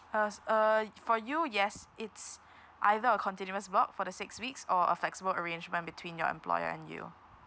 hers uh for you yes it's either a continuous block for the six weeks or a flexible arrangement between your employer and you